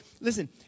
listen